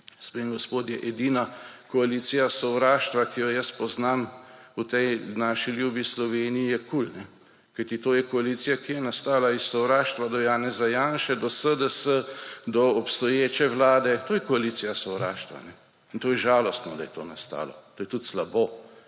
Gospe in gospodje, edina koalicija sovraštva, ki jo jaz poznam v tej naši ljubi Sloveniji, je KUL, kajti to je koalicija, ki je nastala iz sovraštva do Janeza Janše, do SDS, do obstoječe vlade. To je koalicija sovraštva. In to je žalostno, da je to nastalo. To je tudi slabo.